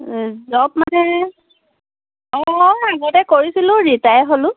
job মানে অঁ আগতে কৰিছিলোঁ ৰিটায়াৰ হ'লোঁ